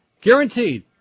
Guaranteed